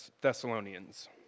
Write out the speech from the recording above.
Thessalonians